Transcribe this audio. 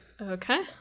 Okay